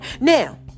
Now